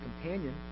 companion